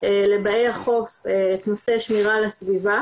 לבאי החוף את נושא השמירה על הסביבה.